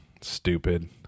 stupid